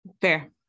Fair